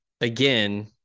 again